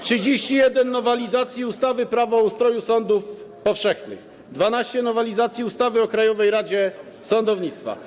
31 nowelizacji ustawy Prawo o ustroju sądów powszechnych, 12 nowelizacji ustawy o Krajowej Radzie Sądownictwa.